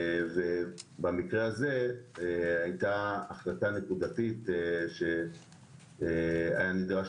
במקרה הזה היתה החלטה נקודתית שהיה נדרש